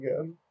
again